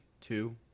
two